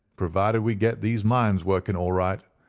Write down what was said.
provided we get these mines working all right.